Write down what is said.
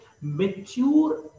mature